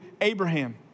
Abraham